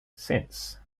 since